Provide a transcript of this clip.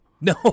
No